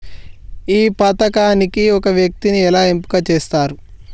ఈ పథకానికి ఒక వ్యక్తిని ఎలా ఎంపిక చేస్తారు?